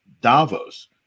Davos